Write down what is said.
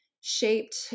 shaped